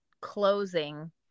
closing